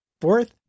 fourth